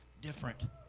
different